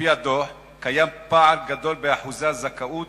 על-פי הדוח קיים פער גדול באחוזי הזכאות